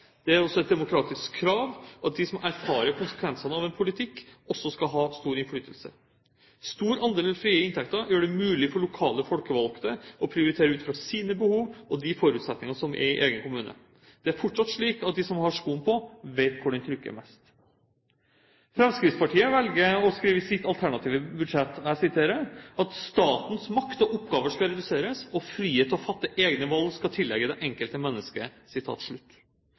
Det er også et demokratisk krav at de som erfarer konsekvensene av en politikk, også skal ha stor innflytelse. En stor andel frie inntekter gjør det mulig for lokale folkevalgte å prioritere ut fra sine behov og forutsetninger i egen kommune. Det er fortsatt slik at de som har skoen på, vet hvor den trykker mest. Fremskrittspartiet velger å skrive i sitt alternative budsjett at «statens makt og oppgaver skal reduseres, og frihet til å fatte egne valg skal tilligge det enkelte mennesket».